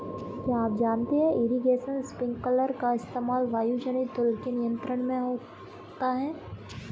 क्या आप जानते है इरीगेशन स्पिंकलर का इस्तेमाल वायुजनित धूल के नियंत्रण में होता है?